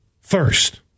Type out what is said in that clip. first